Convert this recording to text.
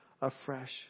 afresh